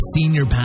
Senior